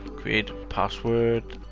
create password,